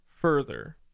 further